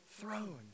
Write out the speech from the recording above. throne